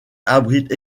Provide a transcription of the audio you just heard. abrite